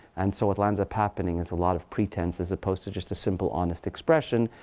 and so what lands up happening is a lot of pretense, as opposed to just a simple honest expression,